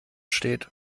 steht